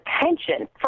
attention